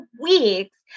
weeks